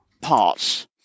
parts